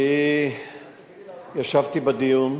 אני ישבתי בדיון,